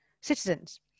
citizens